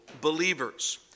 believers